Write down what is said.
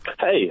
Hey